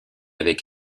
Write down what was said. avec